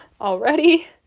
already